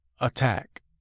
attack